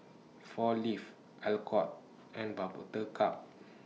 four Leaves Alcott and Buttercup